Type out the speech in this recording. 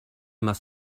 must